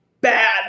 bad